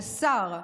לשר,